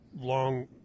long